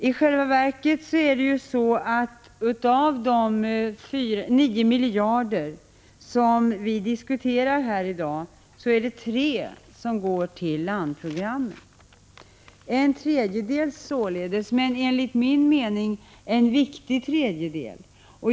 I själva verket är det så att 3 av de 9 miljarder som vi diskuterar här i dag går till landprogram — således en tredjedel, men enligt min mening en viktig tredjedel.